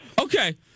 Okay